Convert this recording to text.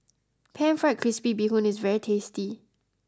Pan Fried Crispy Bee Hoon is very tasty